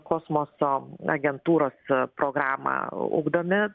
kosmoso agentūros programą ugdomi